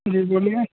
जी बोलिए